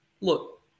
Look